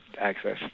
access